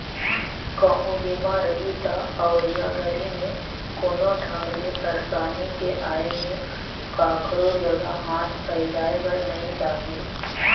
कहूँ बीमा रही त अवइया घरी मे कोनो ढंग ले परसानी के आये में काखरो जघा हाथ फइलाये बर नइ लागे